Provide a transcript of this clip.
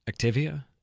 Activia